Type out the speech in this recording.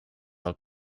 del